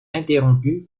interrompues